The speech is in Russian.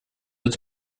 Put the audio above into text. эта